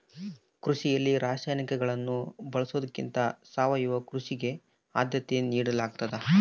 ಕೃಷಿಯಲ್ಲಿ ರಾಸಾಯನಿಕಗಳನ್ನು ಬಳಸೊದಕ್ಕಿಂತ ಸಾವಯವ ಕೃಷಿಗೆ ಆದ್ಯತೆ ನೇಡಲಾಗ್ತದ